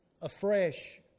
afresh